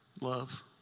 Love